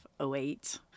08